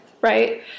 right